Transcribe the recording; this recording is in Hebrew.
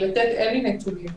אין לי נתונים היום.